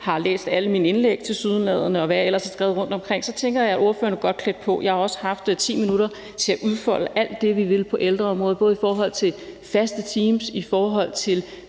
har læst alle mine indlæg, og hvad jeg ellers har skrevet rundtomkring, tænker jeg, at ordføreren er godt klædt på. Jeg har også haft 10 minutter til at udfolde alt det, vi vil på ældreområdet, både i forhold til faste teams, i forhold til